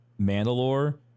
Mandalore